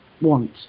want